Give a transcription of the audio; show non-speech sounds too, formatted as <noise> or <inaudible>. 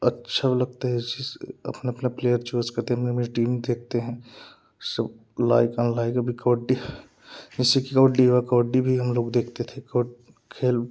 अच्छा लगता है यह चीज़ अपना अपना प्लेयर चूज करते हैं अपने अपने टीम देखते हैं सो लाइक अनलाइक बिकौटी <unintelligible> कबड्डी भी हम लोग देखते थे एक और खेल